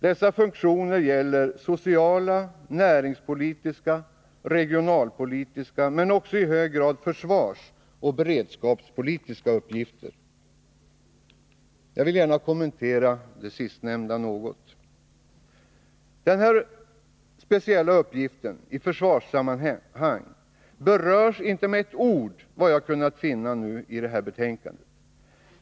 Det gäller sociala, näringspolitiska och regionalpolitiska men också i hög grad försvarsoch beredskapspolitiska uppgifter. Jag vill gärna kommentera de sistnämnda funktionerna. Televerkets uppgift i försvarssammanhang berörs, efter vad jag har kunnat finna, inte med ett ord i betänkandet.